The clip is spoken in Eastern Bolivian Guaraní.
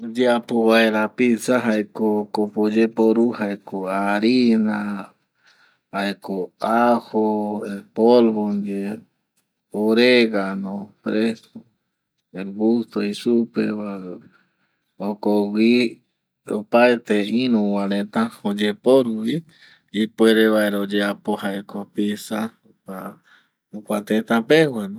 Oyeapo vaera pizza jaeko jokope oyeporu jaeko arina, jaeko ajo polvo ndie, oregano fresco, erbusto jei supe va jokogui opaete iru va reta oyeporu vi ipuere vaera oyeapo jaeko pizza kua jokua teta pegua no